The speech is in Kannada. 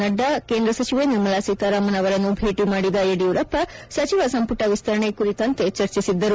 ನಡ್ಡಾ ಕೇಂದ್ರ ಸಚಿವೆ ನಿರ್ಮಲಾ ಸೀತಾರಾಮನ್ ಅವರನ್ನು ಭೇಟಿ ಮಾಡಿದ ಯಡಿಯೂರಪ್ಪ ಸಚಿವ ಸಂಪುಟ ವಿಸ್ತರಣೆ ಕುರಿತಂತೆ ಚರ್ಚಿಸಿದ್ದರು